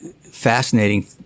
fascinating